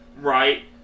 Right